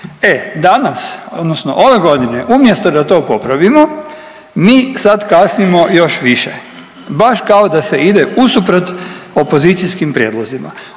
E danas odnosno ove godine umjesto da to popravimo mi sad kasnimo još više, baš kao da se ide usuprot opozicijskim prijedlozima.